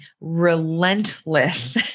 relentless